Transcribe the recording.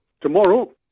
tomorrow